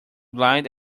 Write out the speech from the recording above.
blind